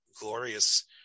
glorious